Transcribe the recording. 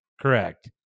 Correct